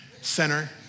center